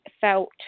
felt